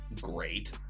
Great